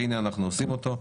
והינה אנחנו עושים אותו.